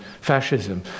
fascism